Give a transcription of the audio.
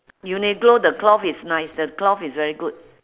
uniqlo the cloth is nice the cloth is very good